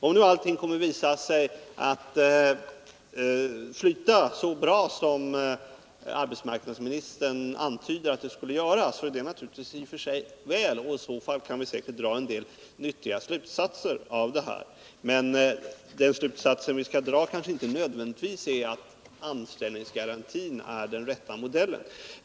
Om nu allt visar sig sluta så bra som arbetsmarknadsmi Nr 26 nistern antyder att det skall göra är naturligtvis allt väl, och i så fall kan vi dra Måndagen den en del nyttiga slutsatser härav. Men den slutsats som vi skall dra är kanske — 12 november 1979 inte nödvändigtvis att anställningsgarantin är den rätta modellen.